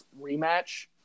rematch